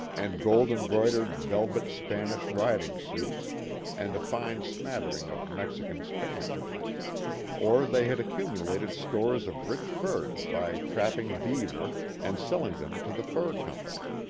and gold-embroidered velvet spanish riding-suits and a fine smattering of mexican spanish or they had accumulated stores of rich furs by trap ping beaver and selling them to the fur company.